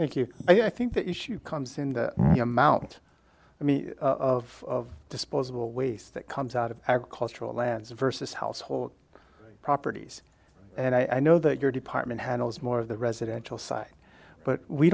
thank you i think the issue comes in the amount of disposable waste that comes out of agricultural lands versus household properties and i know that your department handles more of the residential side but we